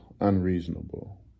unreasonable